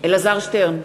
אלעזר שטרן,